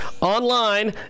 online